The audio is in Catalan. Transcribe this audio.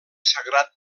sagrat